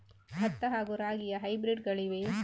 ಭತ್ತ ಹಾಗೂ ರಾಗಿಯ ಹೈಬ್ರಿಡ್ ಗಳಿವೆಯೇ?